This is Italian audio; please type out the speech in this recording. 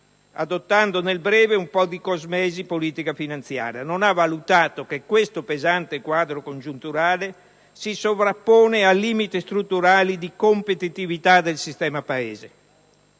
adottando nel breve un po' di cosmesi politico-finanziaria. Non ha valutato che questo pesante quadro congiunturale si sovrappone a limiti strutturali di competitività del sistema Paese